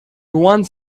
once